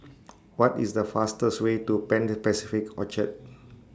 What IS The fastest Way to Pan Pacific Orchard